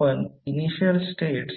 आपण initial states